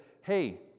hey